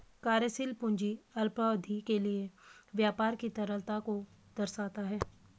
कार्यशील पूंजी अल्पावधि के लिए व्यापार की तरलता को दर्शाती है